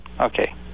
Okay